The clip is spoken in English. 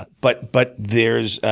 but but but there's